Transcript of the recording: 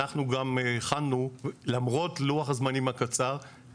למרות לוח הזמנים הקצר,